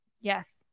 Yes